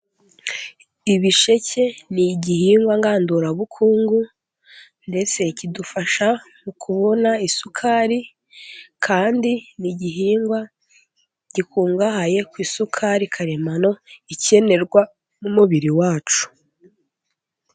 Ibisheke ni igihingwa ngandurabukungu, ndetse kidufasha mu kubona isukari, kandi ni igihingwa gikungahaye ku isukari karemano ikenerwa n'umubiri wacu.